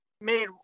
made